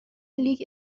لیگ